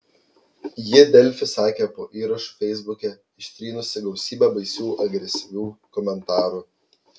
ji delfi sakė po įrašu feisbuke ištrynusi gausybę baisių agresyvių komentarų